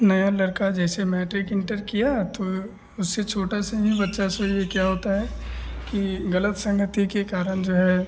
नया लड़का जैसे मैट्रिक इन्टर किया तो उससे छोटा से ही बच्चे से यह क्या होता है कि ग़लत संगति के कारण जो है